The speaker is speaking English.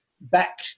back